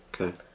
Okay